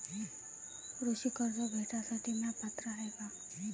कृषी कर्ज भेटासाठी म्या पात्र हाय का?